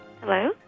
Hello